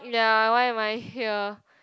ya why am I here